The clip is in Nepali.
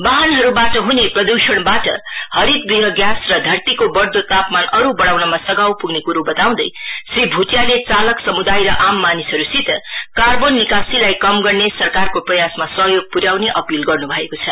वाहनहरूबाट ह्ने प्रद्षणबाट हरितगृह ग्यास र धरतीको बड्दो तापमान अरू बडाउनम सघाउ प्ग्ने क्रो बताउँदै श्री भ्टियाले चालक सम्दाय र आम मानिसहरूसित कार्बोन निकासीलाई कम गर्ने सरकारको प्रयासमा सहयोग पुर्याउने अपील गर्न् भएको छ